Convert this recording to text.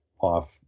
off